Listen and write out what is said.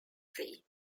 free